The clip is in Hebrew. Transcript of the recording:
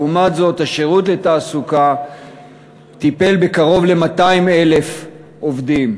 לעומת זאת שירות התעסוקה טיפל בקרוב ל-200,000 עובדים.